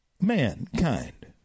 mankind